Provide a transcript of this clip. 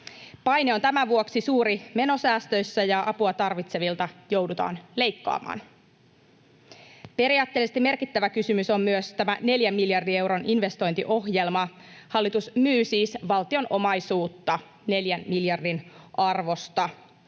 Paine on tämän vuoksi suuri menosäästöissä, ja apua tarvitsevilta joudutaan leikkaamaan. Periaatteellisesti merkittävä kysymys on myös tämä neljän miljardin euron investointiohjelma. Hallitus myy siis valtion omaisuutta neljän miljardin arvosta